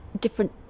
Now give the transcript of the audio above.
different